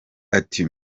ati